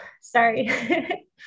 sorry